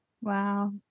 Wow